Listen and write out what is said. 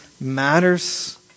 matters